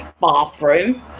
bathroom